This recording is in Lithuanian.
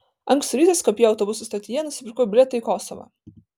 ankstų rytą skopjė autobusų stotyje nusipirkau bilietą į kosovą